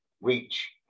reach